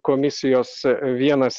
komisijos vienas